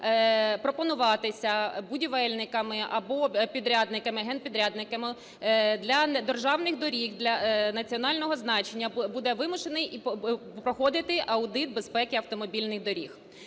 пропонуватися будівельниками або підрядниками… генпідрядниками для державних доріг національного значення буде вимушений проходити аудит безпеки автомобільних доріг.